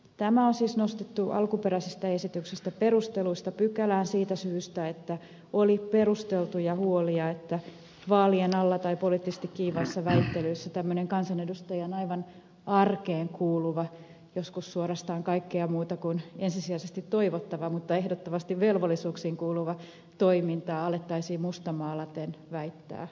tämä on siis nostettu alkuperäisestä esityksestä perusteluista pykälään siitä syystä että oli perusteltuja huolia että vaalien alla tai poliittisesti kiivaissa väittelyissä tämmöistä aivan kansanedustajan arkeen kuuluvaa joskus suorastaan kaikkea muuta kuin ensisijaisesti toivottavaa mutta ehdottomasti velvollisuuksiin kuuluvaa toimintaa alettaisiin mustamaalaten väittää lahjonnaksi